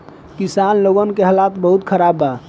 किसान लोगन के हालात बहुत खराब बा